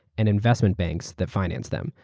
and investment banks that financed them.